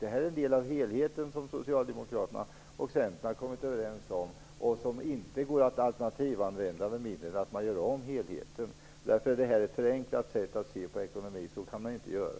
Det här är en del av helheten som Socialdemokraterna och Centern har kommit överens om och som inte går att alternativanvända med mindre än att man gör om helheten. Därför är det här ett förenklat sätt att se på ekonomin. Så kan man inte göra.